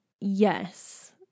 yes